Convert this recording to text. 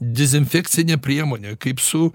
dezinfekcine priemone kaip su